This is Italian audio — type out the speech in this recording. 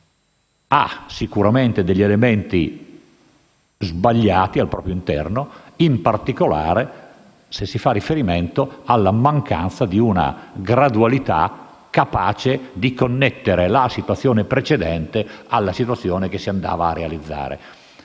ha sicuramente degli elementi sbagliati al proprio interno, in particolare se si fa riferimento alla mancanza di una gradualità capace di connettere la situazione precedente a quella che si andava a realizzare.